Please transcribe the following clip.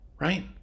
Right